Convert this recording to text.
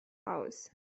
house